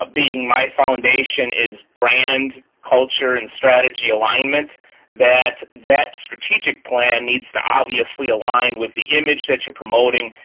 ah being my foundation is brand, culture, and strategy alignment-that that that strategic plan needs to obviously align with the image that you're promoting,